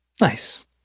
Nice